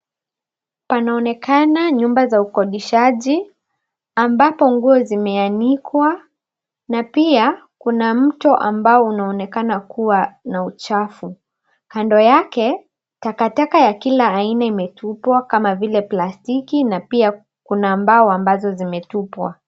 Panaonekana nyumba za ukodishaji ambapo nguo zimeanikwa na pia kuna mto ambao unaonekana kuwa na uchafu. Kando yake, takataka ya kila aina imetupwa kama vile plastiki na pia kuna mbao ambazo zimetupwa.